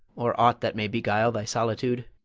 or aught that may beguile thy solitude?